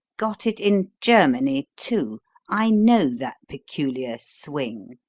got it in germany, too i know that peculiar swing.